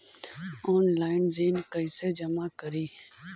Online ऋण कैसे जमा करी?